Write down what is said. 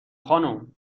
خانم